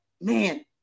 man